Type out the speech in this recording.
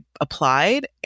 applied